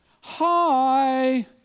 hi